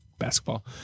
basketball